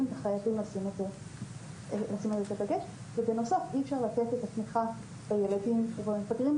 וחייבים לשים על זה דגש ובנוסף אי אפשר לתת את התמיכה לילדים ומתבגרים,